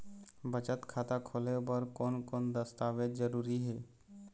बचत खाता खोले बर कोन कोन दस्तावेज जरूरी हे?